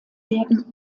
werden